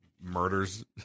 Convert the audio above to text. murders